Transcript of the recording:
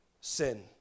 sin